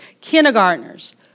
kindergartners